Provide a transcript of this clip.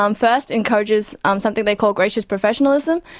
um first encourages um something they call gracious professionalism,